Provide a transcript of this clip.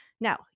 Now